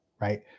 right